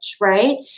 Right